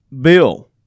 Bill